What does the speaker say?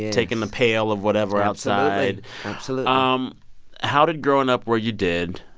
taking the pail of whatever outside absolutely um how did growing up where you did,